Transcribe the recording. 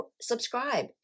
subscribe